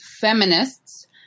feminists